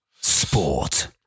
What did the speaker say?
sport